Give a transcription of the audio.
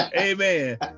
Amen